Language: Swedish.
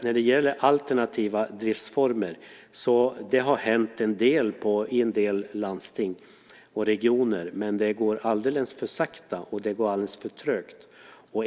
När det gäller alternativa driftsformer har det hänt en del i en del landsting och regioner, men det går alldeles för sakta och alldeles för trögt.